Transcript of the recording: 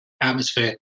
atmosphere